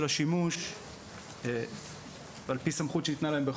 השימוש ועל פי סמכות שניתנה להם בחוק.